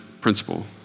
principle